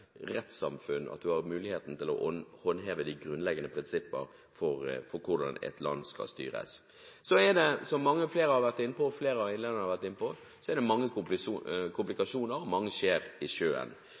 rettssamfunn, og at man har muligheten til å håndheve de grunnleggende prinsipper for hvordan et land skal styres. Det er, som flere av talerne har vært inne på, mange komplikasjoner og mange skjær i sjøen. For eksempel skal det nå være et valg, og fra norsk side understreker vi betydningen av,